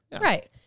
Right